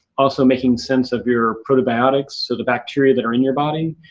also making sense of your probiotics, so the bacteria that are in your body,